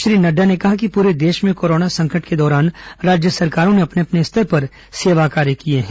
श्री नड्डा ने कहा कि पूरे देश में कोरोना संकट के दौरान राज्य सरकारों ने अपने अपने स्तर पर सेवा कार्य किए हैं